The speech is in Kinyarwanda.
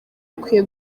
akwiye